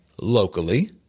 locally